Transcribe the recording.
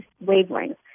wavelength